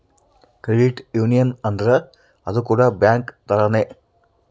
credit union ಅಂದ್ರ ಅದು ಕೂಡ ಬ್ಯಾಂಕ್ ತರಾನೇ